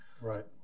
Right